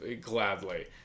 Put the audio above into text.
gladly